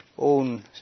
Own